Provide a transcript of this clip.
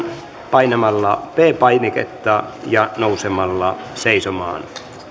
painamalla p painiketta ja nousemalla seisomaan